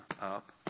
up